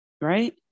right